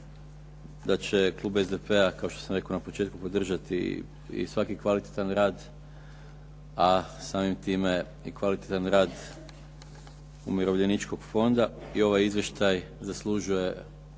da će klub SDP-a kao što sam rekao na početku podržati i svaki kvalitetan rad a samim time i kvalitetan rad Umirovljeničkog fonda i ovaj izvještaj zaslužuje